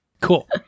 Cool